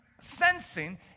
sensing